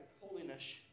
holiness